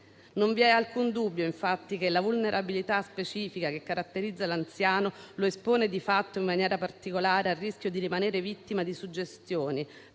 Non vi è alcun dubbio, infatti, che la vulnerabilità specifica che caratterizza l'anziano lo espone di fatto in maniera particolare al rischio di rimanere vittima di suggestioni,